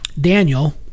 Daniel